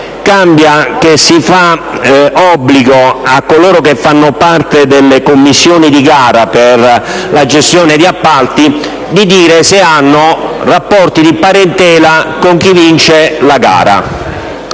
tratta dell'obbligo per coloro che fanno parte delle commissioni di gara, per la gestione di appalti, di dichiarare se hanno rapporti di parentela con chi vince la gara.